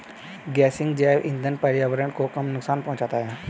गेसिंग जैव इंधन पर्यावरण को कम नुकसान पहुंचाता है